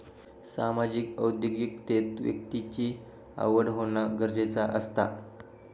सामाजिक उद्योगिकतेत व्यक्तिची आवड होना गरजेचा असता